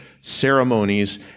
ceremonies